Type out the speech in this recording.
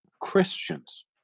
Christians